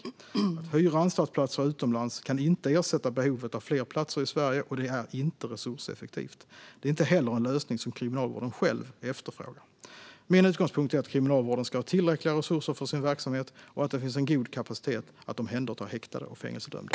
Att hyra anstaltsplatser utomlands kan inte ersätta behovet av fler platser i Sverige, och det är inte resurseffektivt. Det är inte heller en lösning som Kriminalvården själv efterfrågar. Min utgångspunkt är att Kriminalvården ska ha tillräckliga resurser för sin verksamhet och att det finns en god kapacitet att omhänderta häktade och fängelsedömda.